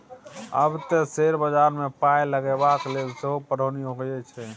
आब तँ शेयर बजारमे पाय लगेबाक लेल सेहो पढ़ौनी होए छै